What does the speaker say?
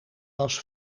was